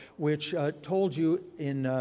which told you in,